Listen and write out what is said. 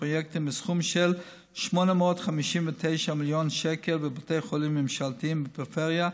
פרויקטים בסכום של כ-859 מיליון שקל בבתי חולים ממשלתיים בפריפריה,